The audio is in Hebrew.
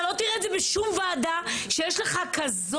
אתה לא תראה את זה בשום ועדה שיש לך כזה